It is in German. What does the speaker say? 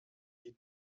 die